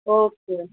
okay